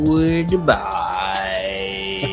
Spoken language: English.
Goodbye